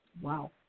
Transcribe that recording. Wow